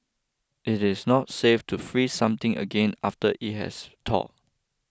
it is not safe to freeze something again after it has thawed